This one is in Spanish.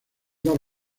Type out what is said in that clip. dos